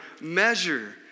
measure